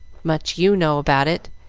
much you know about it.